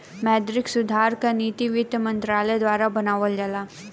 मौद्रिक सुधार क नीति वित्त मंत्रालय द्वारा बनावल जाला